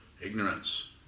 Ignorance